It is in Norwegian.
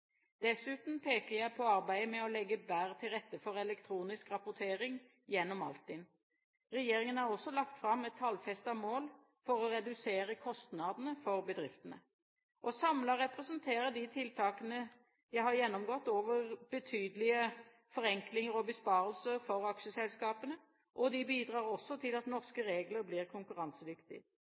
Dessuten peker jeg på arbeidet med å legge bedre til rette for elektronisk rapportering gjennom Altinn. Regjeringen har også lagt fram et tallfestet mål for å redusere kostnadene for bedriftene. Samlet representerer de tiltakene jeg har gjennomgått ovenfor, betydelige forenklinger og besparelser for aksjeselskapene, og de bidrar også til at norske regler blir konkurransedyktige.